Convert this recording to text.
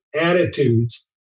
attitudes